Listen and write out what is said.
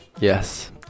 yes